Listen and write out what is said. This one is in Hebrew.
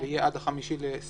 ויהיה עד 5 בספטמבר.